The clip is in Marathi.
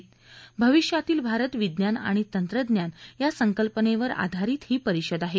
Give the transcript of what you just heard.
भविष्यातील भारतः विज्ञान आणि तंत्रज्ञान या संकल्पनेवर आधारीत हे परिषद आहे